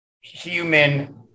human